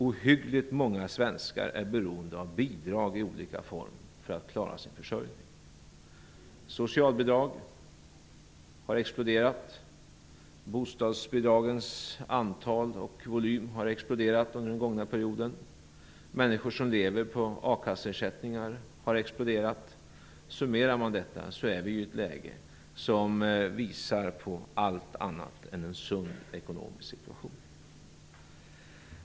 Ohyggligt många svenskar är beroende av bidrag i olika former för att klara sin försörjning. Socialbidragens omfattning har exploderat, bostadsbidragens antal och volym har exploderat under den gångna perioden, antalet människor som lever på a-kasseersättningar har exploderat. Summerar man detta är vi i ett läge som visar på allt annat än en sund ekonomisk situation.